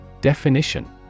Definition